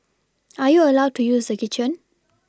are you allowed to use the kitchen